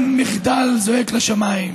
כן, מחדל זועק לשמיים.